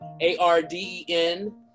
A-R-D-E-N